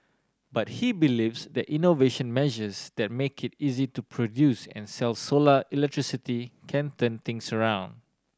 but he believes that innovation measures that make it easy to produce and sell solar electricity can turn things around